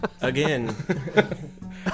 Again